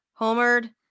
homered